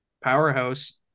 powerhouse